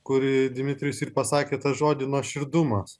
kurį dmitrijus ir pasakė tą žodį nuoširdumas